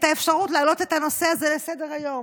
האפשרות להעלות את הנושא לסדר-היום.